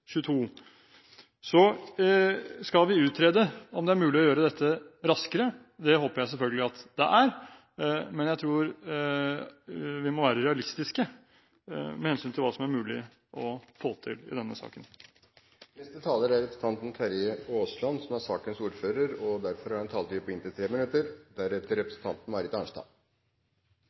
Vi skal utrede om det er mulig å gjøre dette raskere. Det håper jeg selvfølgelig at det er, men jeg tror vi må være realistiske med hensyn til hva som er mulig å få til i denne saken. Neste taler er representanten Terje Aasland, som er ordfører for saken, og som derfor har en taletid på inntil 3 minutter.